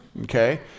Okay